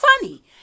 funny